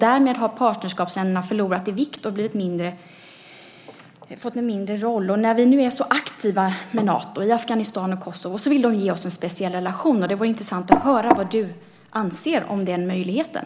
Därmed har partnerskapsländerna förlorat i vikt och fått en mindre roll. När vi nu är så aktiva med Nato i Afghanistan och Kosovo vill de ge oss en speciell relation. Det vore intressant att höra vad du anser om den möjligheten.